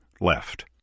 left